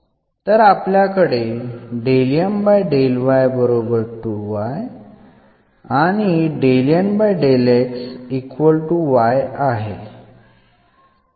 तर आपल्याकडे आहे